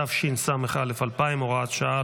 התשס"א 2000) (הוראת שעה),